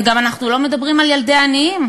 וגם אנחנו לא מדברים על ילדי עניים,